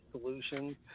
solutions